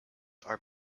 are